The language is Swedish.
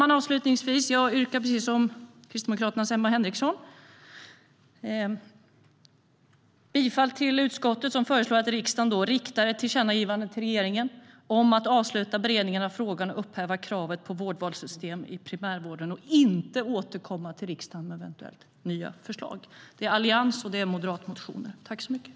Jag yrkar avslutningsvis precis som Kristdemokraternas Emma Henriksson bifall till utskottets förslag om att riksdagen riktar ett tillkännagivande till regeringen om att avsluta beredningen av frågan om att upphäva kravet på vårdvalssystem i primärvården och inte återkomma med eventuellt nya förslag. Det är motioner från Alliansen och Moderaterna.